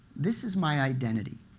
this is my identity.